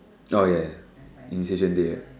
oh ya ya initiation day right